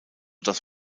dass